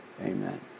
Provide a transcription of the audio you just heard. Amen